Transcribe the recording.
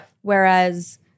Whereas